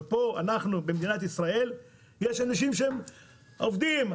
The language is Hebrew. אבל במדינת ישראל יש אנשים עובדים.